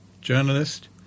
journalist